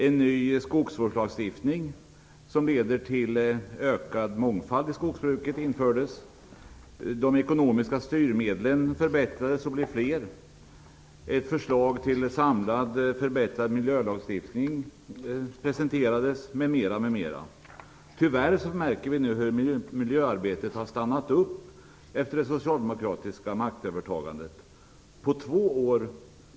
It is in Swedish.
En ny skogsvårdslagstiftning som leder till ökad mångfald i skogsbruket infördes. De ekonomiska styrmedlen förbättrades och blev fler. Ett förslag till samlad förbättrad miljölagstiftning presenterades m.m. Tyvärr märker vi nu hur miljöarbetet har stannat upp efter det socialdemokratiska maktövertagandet.